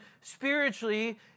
spiritually